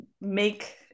make